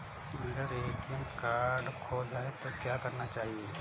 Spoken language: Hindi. अगर ए.टी.एम कार्ड खो जाए तो क्या करना चाहिए?